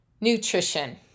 Nutrition